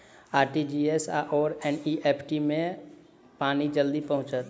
RTGS आओर NEFT मे केँ मे पानि जल्दी पहुँचत